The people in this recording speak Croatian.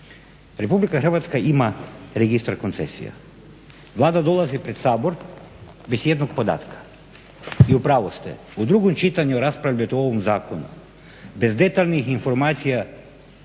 Republika Hrvatska ima Registar koncesija. Vlada dolazi pred Sabor bez ijednog podatka. I u pravu ste, u drugom čitanju raspravljat o ovom zakonu bez detaljnih informacija